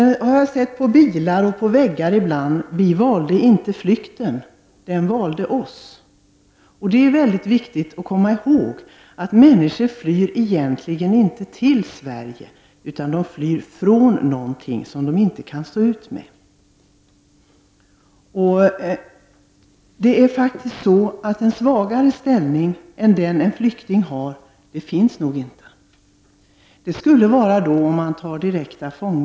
Jag har sett skrivet på bilar och väggar: Vi valde inte flykten. Den valde oss. Det är väldigt viktigt att komma ihåg att människor egentligen inte flyr till Sverige utan de flyr från någonting som de inte kan stå ut med. En svagare ställning än den en flykting har finns nog inte. Det skulle då vara fångarnas situation.